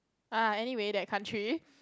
ah anyway that country